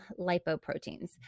lipoproteins